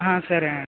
ఆ సరే అండి